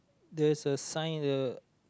there's a sign the